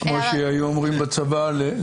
כמו שהיו אומרים בצבא,